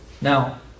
Now